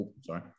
sorry